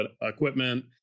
equipment